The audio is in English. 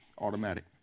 automatic